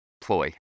ploy